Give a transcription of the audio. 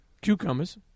cucumbers